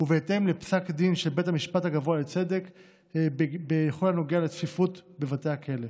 ובהתאם לפסק דין של בית המשפט הגבוה לצדק בכל הנוגע לצפיפות בבתי הכלא.